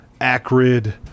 acrid